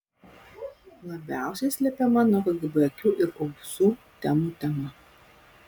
labiausiai slepiama nuo kgb akių ir ausų temų tema